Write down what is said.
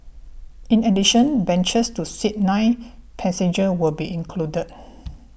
in addition benches to seat nine passengers will be included